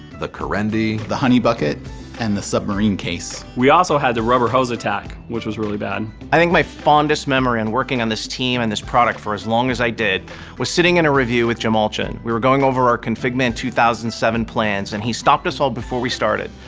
the corendi. the honey bucket and the submarine case. we also had the rubber hose attack, which was really bad. i think my fondest memory on working on this team and this product for as long as i did was sitting in a review with jamal chen. we were going over our configment two thousand and seven plans and he stopped us all before we started.